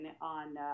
on